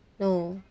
no